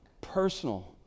personal